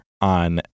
on